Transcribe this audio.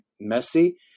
messy